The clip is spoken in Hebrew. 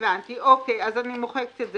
אז אני מוחקת.